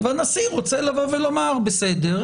והנשיא רוצה לבוא ולומר: בסדר,